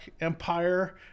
empire